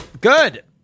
good